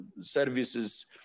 services